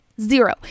Zero